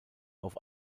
auf